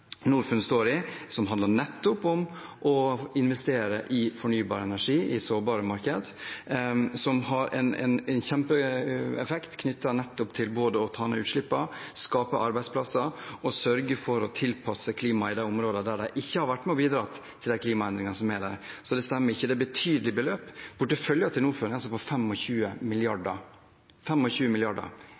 handler om å investere i fornybar energi i sårbare markeder, noe som har en kjempeeffekt både på å ta ned utslippene, skape arbeidsplasser og sørge for å tilpasse klimaet i de områdene der man ikke har vært med og bidratt til de klimaendringene som er der. Så det stemmer ikke, det er betydelige beløp. Porteføljen til Norfund er på